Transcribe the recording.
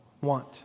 Want